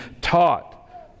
taught